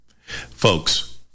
folks